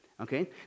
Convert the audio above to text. Okay